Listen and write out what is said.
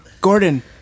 Gordon